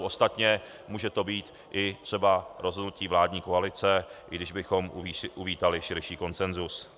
Ostatně může to být i třeba rozhodnutí vládní koalice, i když bychom uvítali širší konsensus.